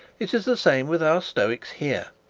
it is the same with our stoics here,